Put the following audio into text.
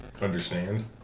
understand